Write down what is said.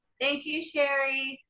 thank you sherri.